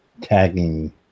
tagging